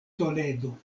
toledo